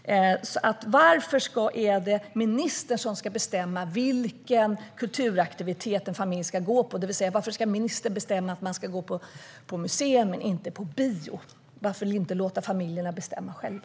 Varför är det ministern som ska bestämma vilken kulturaktivitet en familj ska gå på? Varför ska ministern bestämma att man ska gå på museum och inte på bio? Varför inte låta familjerna bestämma själva?